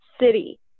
city